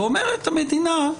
ואומרת המדינה,